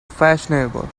fashionable